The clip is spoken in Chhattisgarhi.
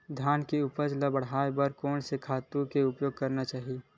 धान के उपज ल बढ़ाये बर कोन से खातु के उपयोग करना चाही?